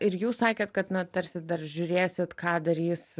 ir jūs sakėt kad na tarsi dar žiūrėsit ką darys